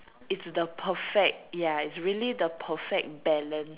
it's the perfect ya it's really the perfect balance